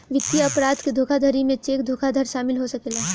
वित्तीय अपराध के धोखाधड़ी में चेक धोखाधड़ शामिल हो सकेला